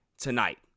tonight